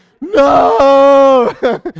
No